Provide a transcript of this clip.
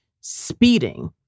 speeding